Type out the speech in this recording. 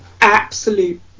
absolute